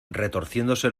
retorciéndose